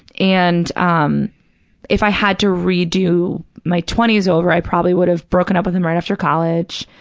and um if i had to redo my twenty s over, i probably would have broken up with him right after college,